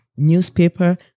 newspaper